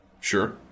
sure